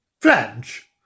Flange